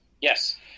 Yes